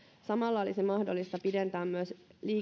samalla olisi mahdollista pidentää myös